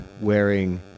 wearing